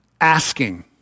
asking